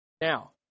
Now